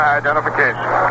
identification